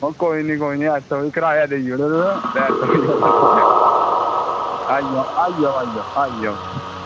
ओह् कोई निं कोई निं ऑटो ई किराया देई ओड़ो ते लेई जाओ आई जाओ आई जाओ